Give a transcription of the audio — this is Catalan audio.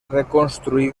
reconstruir